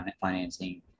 financing